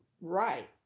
Right